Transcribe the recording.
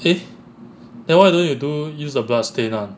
eh then why don't you do use a bloodstain [one]